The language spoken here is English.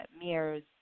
mirrors